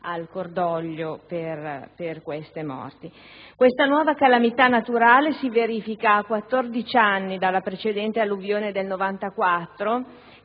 al cordoglio per queste morti). Questa nuova calamità naturale si verifica a quattordici anni dalla precedente alluvione del